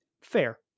fair